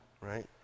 right